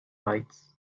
lights